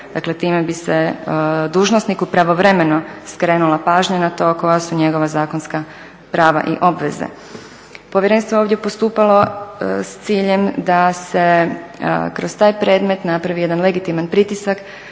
Dakle, time bi se dužnosniku pravovremeno skrenula pažnja na to koja su njegova zakonska prava i obveze. Povjerenstvo je ovdje postupalo s ciljem da se kroz taj predmet napravi jedan legitiman pritisak,